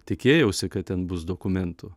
tikėjausi kad ten bus dokumentų